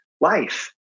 life